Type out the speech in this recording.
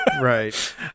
Right